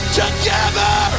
together